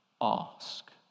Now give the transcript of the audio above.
Ask